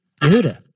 Yehuda